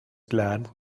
glad